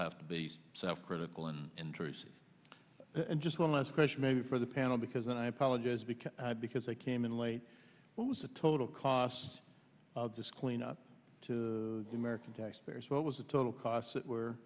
have to be self critical and intrusive and just one last question maybe for the panel because then i apologize because because i came in late what was the total cost of this cleanup to the american taxpayers what was the total costs that were